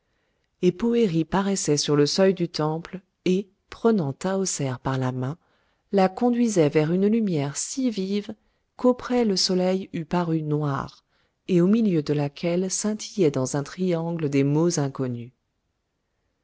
et poëri paraissait sur le seuil du temple et prenant tahoser par la main la conduisait vers une lumière si vive qu'auprès le soleil eût paru noir et au milieu de laquelle scintillaient dans un triangle des mots inconnus